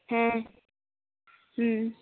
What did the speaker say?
ᱦᱮᱸ ᱦᱩᱸ